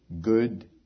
Good